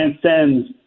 transcends